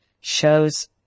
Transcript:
shows